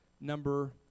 number